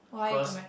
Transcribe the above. cause